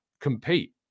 compete